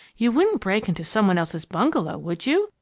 you wouldn't break into some one else's bungalow, would you?